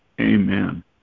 Amen